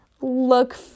look